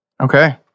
Okay